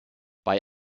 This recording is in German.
bei